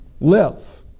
live